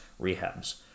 rehabs